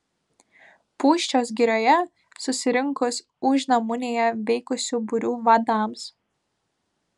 pūščios girioje susirinkus užnemunėje veikusių būrių vadams